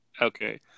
Okay